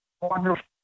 wonderful